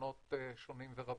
לפתרונות שונים ורבים.